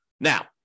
Now